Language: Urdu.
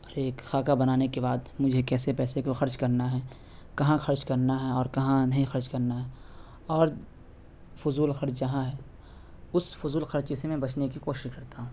اور ایک خاکہ بنانے کے بعد مجھے کسیے پیسے کو خرچ کرنا ہے کہاں خرچ کرنا ہے اور کہاں نہیں خرچ کرنا ہے اور فضول خرچ جہاں ہے اس فضول خرچی سے میں بچنے کی کوشش کرتا ہوں